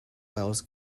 wells